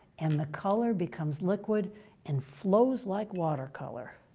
and the color becomes liquid and flows like watercolor.